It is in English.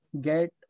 get